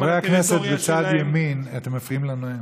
חברי הכנסת בצד ימין, אתם מפריעים לנואם.